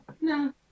No